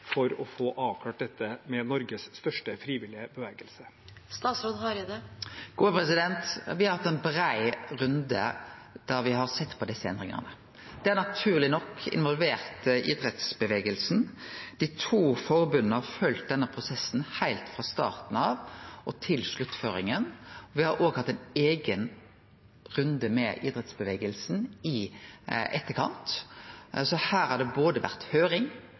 for å få avklart dette med Norges største frivillige bevegelse? Me har hatt ein brei runde der me har sett på desse endringane. Det har naturleg nok involvert idrettsbevegelsen. Dei to forbunda har følgt denne prosessen heilt frå starten av og til sluttføringa, og me har òg hatt ein eigen runde med idrettsbevegelsen i etterkant. Her har det både vore høyring,